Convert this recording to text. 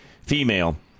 female